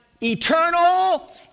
eternal